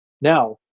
Now